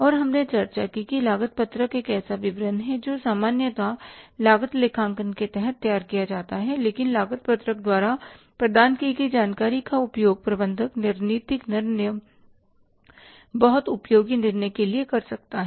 और हमने चर्चा की कि लागत पत्रक एक ऐसा विवरण है जो सामान्यतः लागत लेखांकन के तहत तैयार किया जाता है लेकिन लागत पत्रक द्वारा प्रदान की गई जानकारी का उपयोग प्रबंधक रणनीतिक निर्णय बहुत उपयोगी निर्णय के लिए कर सकता है